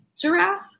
giraffe